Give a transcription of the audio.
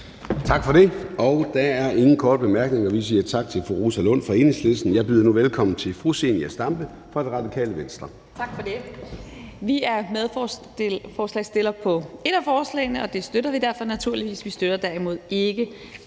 Tak for det. Der er ingen korte bemærkninger. Vi siger tak til fru Rosa Lund fra Enhedslisten. Jeg byder nu velkommen til fru Zenia Stampe fra Radikale Venstre. Kl. 17:29 (Ordfører) Zenia Stampe (RV): Tak for det. Vi er medforslagsstillere på et af forslagene, og det støtter vi derfor naturligvis. Vi støtter derimod ikke